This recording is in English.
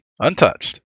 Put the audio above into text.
untouched